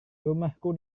rumahku